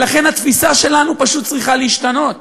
ולכן, התפיסה שלנו פשוט צריכה להשתנות.